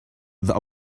that